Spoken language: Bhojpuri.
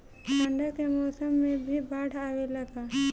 ठंडा के मौसम में भी बाढ़ आवेला का?